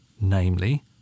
namely